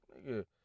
nigga